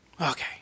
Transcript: Okay